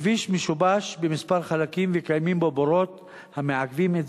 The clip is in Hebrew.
הכביש משובש בכמה חלקים וקיימים בו בורות המעכבים את